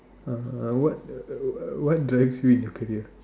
uh what uh uh what drives you in your career